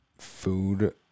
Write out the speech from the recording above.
Food